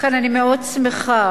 לכן, אני מאוד שמחה